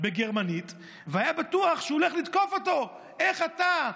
בגרמנית והיה בטוח שהוא הולך לתקוף אותו: איך אתה,